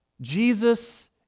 Jesus